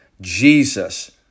Jesus